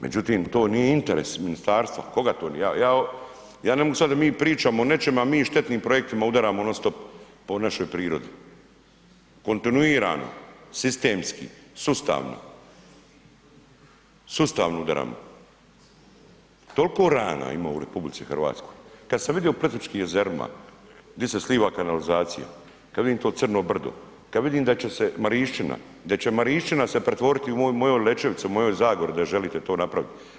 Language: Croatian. Međutim, to nije interes ministarstva, koga to, ja ne mogu shvatiti da mi pričamo o nečemu, a mi štetnim projektima udaramo non stop po našoj prirodi, kontinuirano, sistemski, sustavno, sustavno udaramo, toliko rana ima u RH, kad sam vidio u Plitvičkim jezerima di se sliva kanalizacija, kad vidim to crno brdo, kad vidim da će se Marišćina, da će Marišćina se pretvoriti u moju Lećevicu u mojoj Zagori da joj želite to napraviti.